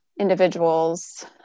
individuals